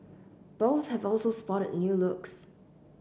both have also spotted new looks